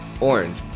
orange